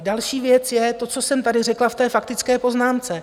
Další věc je to, co jsem tady řekla v té faktické poznámce.